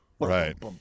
Right